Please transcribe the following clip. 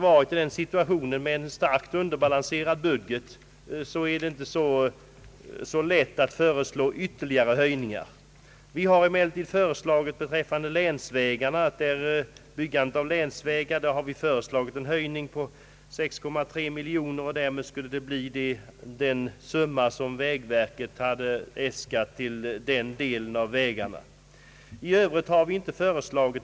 Beträffande byggandet av länsvägar har vi emellertid föreslagit en höjning utöver Kungl. Maj:ts förslag med 6,3 miljoner kronor, dvs. till samma summa som vägverket äskat i denna del.